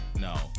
No